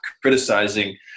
criticizing